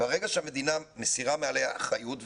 ברגע שהמדינה מסירה מעליה אחריות,